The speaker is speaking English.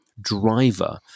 driver